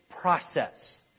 Process